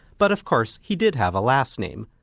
but of course he did have a last name.